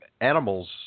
animals